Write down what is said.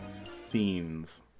scenes